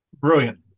Brilliant